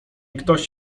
ktoś